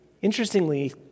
Interestingly